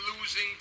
losing